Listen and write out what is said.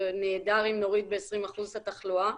זה נהדר אם נוריד ב-20% את התחלואה.